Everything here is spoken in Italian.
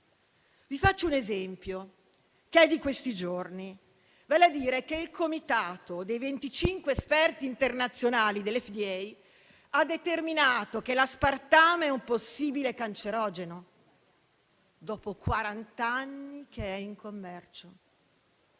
Vi faccio un esempio che è di questi giorni, vale a dire che il comitato dei 25 esperti internazionali dell'FDA ha determinato che l'aspartame è un possibile cancerogeno dopo quarant'anni che è in commercio.